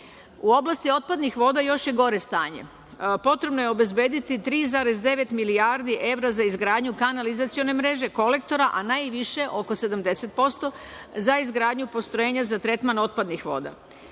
U oblasti otpadnih voda još je gore stanje. Potrebno je obezbediti 3,9 milijardi evra za izgradnju kanalizacione mreže, kolektora, a najviše, oko 70%, za izgradnju postrojenja za tretman otpadnih voda.